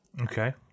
Okay